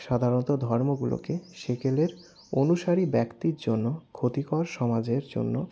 সাধারণত ধর্মগুলোকে সেকেলের অনুসারী ব্যক্তির জন্য ক্ষতিকর সমাজের জন্য